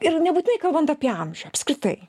ir nebūtinai kalbant apie amžių apskritai